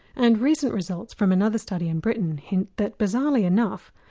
and recent results from another study in britain hint that bizarrely enough,